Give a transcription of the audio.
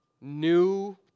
new